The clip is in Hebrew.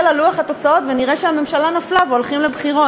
על לוח התוצאות ונראה שהממשלה נפלה והולכים לבחירות.